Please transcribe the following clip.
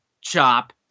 chop